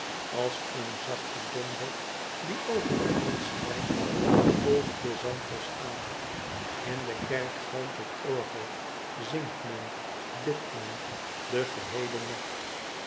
als een zachte donder die over den grond strijkt golft de zanthos aan in de kerk galmt het orgel zingt men bidt men den geheelen nacht